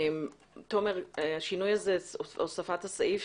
תומר, השינוי הזה, הוספת הסעיף,